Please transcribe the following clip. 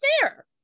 fair